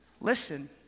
Listen